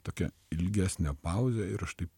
tokia ilgesnė pauzė ir aš taip